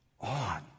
on